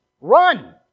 Run